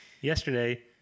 yesterday